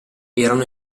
erano